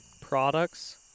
products